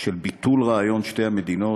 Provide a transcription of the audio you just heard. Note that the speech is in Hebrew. של ביטול רעיון שתי המדינות,